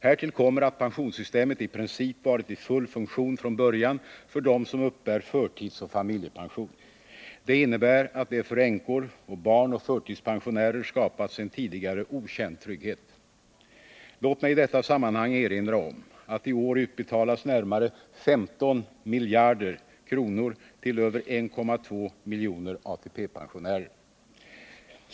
Härtill kommer att pensionssystemet i princip varit i full funktion från början för dem som uppbär förtidsoch familjepension. Det innebär att det för änkor, barn och förtidspensionärer skapats en tidigare okänd trygghet. Låt mig i detta sammanhang erinra om att i år utbetalas närmare 15 miljarder kronor till över 1,2 miljoner ATP-pensionärer.